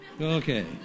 Okay